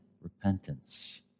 repentance